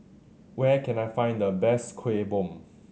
where can I find the best Kueh Bom